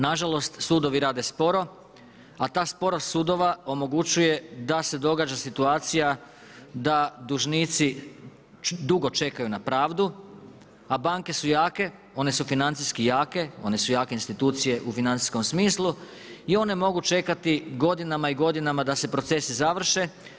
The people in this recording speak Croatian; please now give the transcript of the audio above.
Na žalost sudovi rade sporo, a ta sporost sudova omogućuje da se događa situacija da dužnici dugo čekaju na pravdu, a banke su jake, one su financijski jake, one su jake institucije u financijskom smislu i one mogu čekati godinama i godinama da se procesi završe.